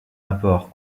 apport